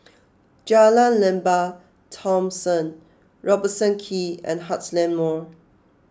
Jalan Lembah Thomson Robertson Quay and Heartland Mall